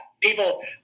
people